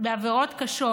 בעבירות קשות.